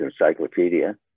Encyclopedia